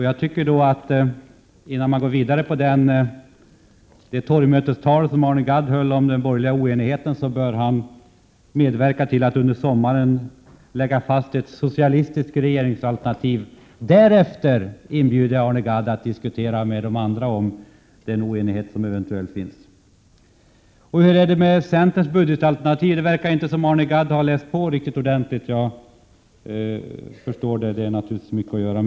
Jag tycker att innan man går vidare på det torgmötestal som Arne Gadd höll om den borgerliga oenigheten, bör han medverka till att under sommaren lägga fram ett socialistiskt regeringsalternativ. Därefter kan jag inbjuda Arne Gadd att diskutera den oenighet som eventuellt finns. Hur är det då med centerns budgetalternativ? Det verkar som om Arne Gadd inte läst på ordentligt — det kan jag förstå; han har naturligtvis mycket att göra.